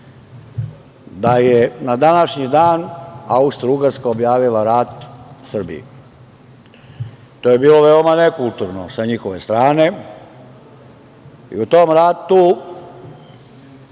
da je na današnji dan Austrougarska objavila rat Srbiji. To je bilo veoma nekulturno sa njihove strane. U tom ratu